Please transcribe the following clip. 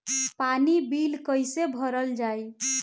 पानी बिल कइसे भरल जाई?